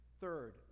Third